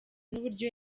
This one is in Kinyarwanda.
n’uburyo